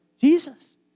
Jesus